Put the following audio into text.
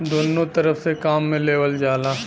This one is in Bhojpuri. दुन्नो तरफ से काम मे लेवल जाला